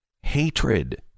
Hatred